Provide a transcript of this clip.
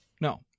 No